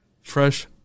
fresh